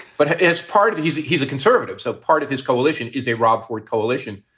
but it is part of the he's he's a conservative. so part of his coalition is a rob ford coalition.